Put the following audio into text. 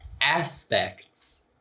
aspects